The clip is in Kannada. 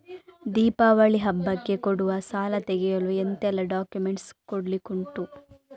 ದೀಪಾವಳಿ ಹಬ್ಬಕ್ಕೆ ಕೊಡುವ ಸಾಲ ತೆಗೆಯಲು ಎಂತೆಲ್ಲಾ ಡಾಕ್ಯುಮೆಂಟ್ಸ್ ಕೊಡ್ಲಿಕುಂಟು?